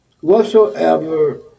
whatsoever